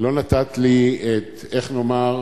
לא נתת לי את, איך לומר?